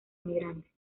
emigrantes